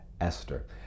Esther